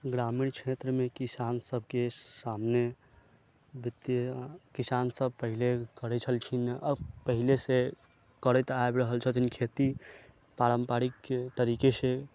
ग्रामीण क्षेत्रमे किसान सबके सामने वित्तीय किसान सब पहिले करै छलखिन अब पहिले से करैत आबि रहल छथिन खेती पारम्परिक तरीकासँ